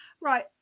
right